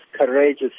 courageous